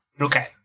Okay